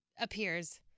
appears